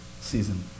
season